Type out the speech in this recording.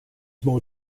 more